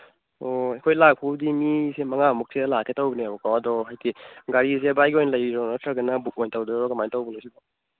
ꯑꯣ ꯑꯩꯈꯣꯏ ꯂꯥꯛꯄꯕꯨꯗꯤ ꯃꯤꯁꯦ ꯃꯉꯥꯃꯨꯛꯁꯦ ꯂꯥꯛꯀꯦ ꯇꯧꯕꯅꯦꯕꯀꯣ ꯑꯗꯣ ꯍꯥꯏꯗꯤ ꯒꯥꯔꯤꯁꯦ ꯚꯥꯏꯒꯤ ꯑꯣꯏꯅ ꯂꯩꯔꯤꯔꯣ ꯅꯠꯇ꯭ꯔꯒꯅ ꯕꯨꯛ ꯑꯣꯏ ꯇꯧꯗꯣꯏꯔꯣ ꯀꯃꯥꯏ ꯇꯧꯕꯅꯣ ꯁꯤꯕꯣ